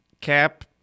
Cap